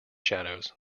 shadows